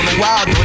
wild